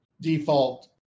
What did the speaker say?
default